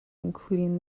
including